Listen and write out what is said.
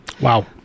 Wow